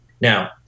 Now